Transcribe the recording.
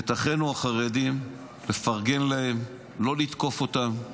לחבק את אחינו החרדים, לפרגן להם, לא לתקוף אותם.